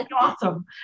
awesome